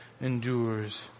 endures